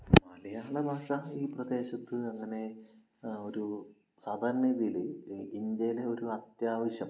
മലയാള ഭാഷ ഈ പ്രദേശത്ത് അങ്ങനെ ഒരു സാധാരണ രീതിയില് ഇന്ത്യയിലെ ഒരു അത്യാവശ്യം